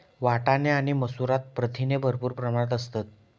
वाटाणे आणि मसूरात प्रथिने भरपूर प्रमाणात असतत